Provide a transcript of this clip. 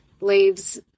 leaves